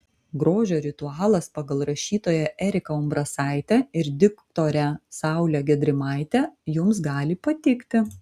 grožio ritualas pagal rašytoją eriką umbrasaitę ir diktorę saulę gedrimaitę jums gali patikti